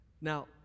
Now